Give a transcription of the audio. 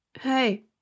Hey